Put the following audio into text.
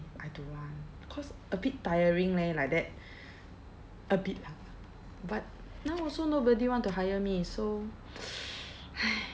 I don't want cause a bit tiring leh like that a bit lah but now also nobody want to hire me so !hais!